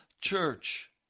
church